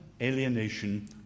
alienation